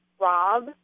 Rob